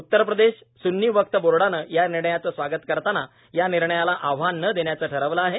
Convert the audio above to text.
उत्तर प्रदेश सून्नी वक्फ बोर्डानं या निर्णयाचा स्वागत करतानाच या निर्णयाला आव्हान न देण्याचं ठरवलं आहे